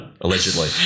Allegedly